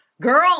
Girl